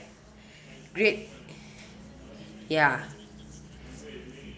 great ya